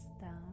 down